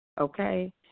okay